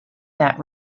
that